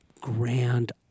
grand